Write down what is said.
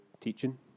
teaching